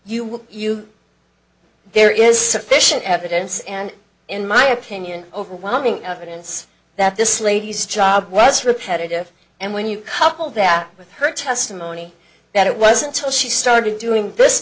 you you will there is sufficient evidence and in my opinion overwhelming evidence that this lady's job was repetitive and when you couple that with her testimony that it wasn't till she started doing this